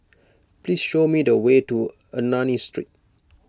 please show me the way to Ernani Street